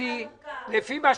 אני